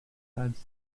adds